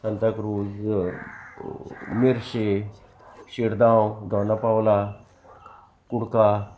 सांताक्रूज मिर्शे शिरदांव दोड पावला कुडका